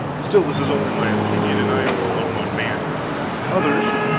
still, this is only my opinion, and i am only one man others,